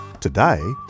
Today